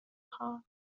خواهم